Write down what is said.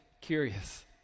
curious